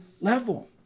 level